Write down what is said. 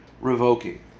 revoking